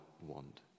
want